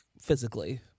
physically